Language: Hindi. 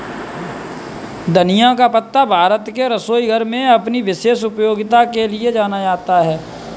धनिया का पत्ता भारत के रसोई घरों में अपनी विशेष उपयोगिता के लिए जाना जाता है